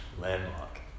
Landmark